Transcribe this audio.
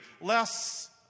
less